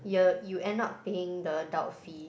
yeah you end up paying the adult fee